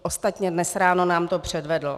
Ostatně dnes ráno nám to předvedl.